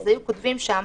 היו כותבים שם: